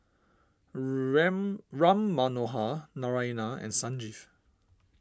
Ram Ram Manohar Naraina and Sanjeev